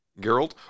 Geralt